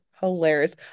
hilarious